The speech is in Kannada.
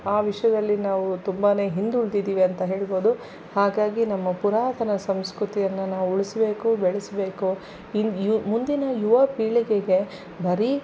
ಆ ವಿಷಯದಲ್ಲಿ ನಾವು ತುಂಬನೇ ಹಿಂದುಳಿದಿದ್ದೀವಿ ಅಂತ ಹೇಳಬಹುದು ಹಾಗಾಗಿ ನಮ್ಮ ಪುರಾತನ ಸಂಸ್ಕೃತಿಯನ್ನು ನಾವು ಉಳಿಸ್ಬೇಕು ಬೆಳೆಸ್ಬೇಕು ಇನ್ನು ಯು ಮುಂದಿನ ಯುವಪೀಳಿಗೆಗೆ ಬರೀ